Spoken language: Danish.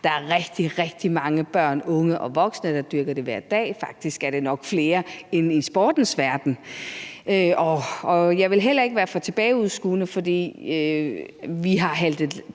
der er rigtig, rigtig mange børn, unge og voksne, der dyrker det hver dag – faktisk er det nok flere end i sportens verden. Og jeg vil heller ikke være for tilbageskuende, for vi har haltet